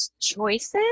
choices